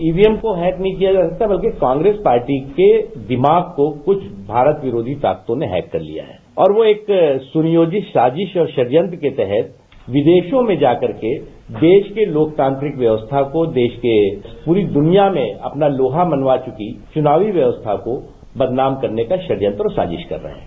EVM को hack नहीं किया जा सकता बल्कि कांग्रेस पार्टी के दिमाग को कुछ भारत विरोधी ताकतों ने हैंक कर लिया हैं और वह एक सुनियोजित साजिश और षड्यंत्र के तहत विदेशों में जा करके देश के लोकतांत्रिक व्यवस्था को देश के पूरी दुनिया में अपना लोहा मनवा चुकी चुनावी व्यवस्था को बदनाम करने का षड्यंत्र और साजिश कर रहे हैं